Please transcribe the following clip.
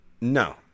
No